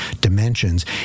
dimensions